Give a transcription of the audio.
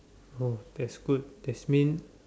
oh that's good that's mean